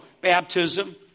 baptism